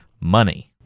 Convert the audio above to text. money